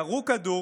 ירו כדור,